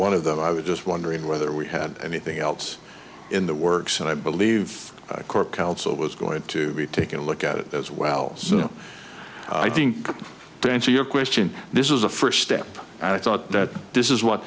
one of them i was just wondering whether we had anything else in the works and i believe the core council was going to be taking a look at it as well you know i think to answer your question this is a first step and i thought that this is what